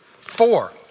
Four